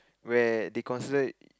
where they consider it